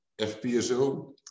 FPSO